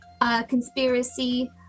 conspiracy